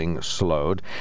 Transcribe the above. slowed